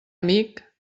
amic